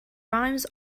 rhymes